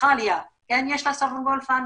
לאוסטרליה כן יש sovereign wealth fund,